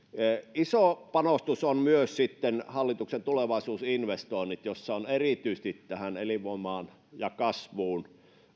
iso panostus ovat myös hallituksen tulevaisuusinvestoinnit joissa on erityisesti tähän elinvoimaan ja kasvuun